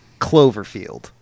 Cloverfield